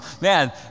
Man